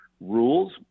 rules